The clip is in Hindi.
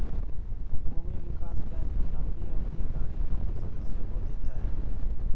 भूमि विकास बैंक लम्बी अवधि का ऋण अपने सदस्यों को देता है